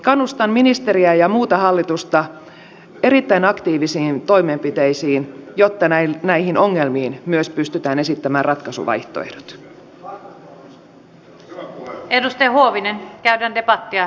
kannustan ministeriä ja muuta hallitusta erittäin aktiivisiin toimenpiteisiin jotta näihin ongelmiin myös pystytään esittämään ratkaisuvaihtoehdot